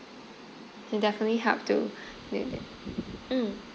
definitely help to mm